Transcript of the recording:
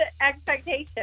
expectation